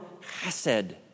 chesed